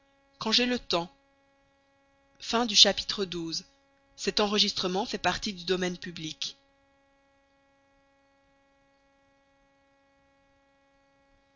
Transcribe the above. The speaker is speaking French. quand j'ai le temps